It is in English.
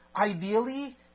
ideally